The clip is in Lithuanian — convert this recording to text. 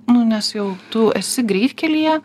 nu nes jau tu esi greitkelyje